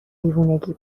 دیوونگی